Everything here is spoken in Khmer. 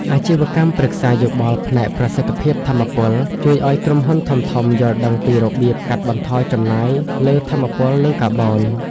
អាជីវកម្មប្រឹក្សាយោបល់ផ្នែកប្រសិទ្ធភាពថាមពល ជួយឱ្យក្រុមហ៊ុនធំៗយល់ដឹងពីរបៀបកាត់បន្ថយចំណាយលើថាមពល និងកាបូន។